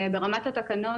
ברמת התקנות,